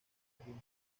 jardín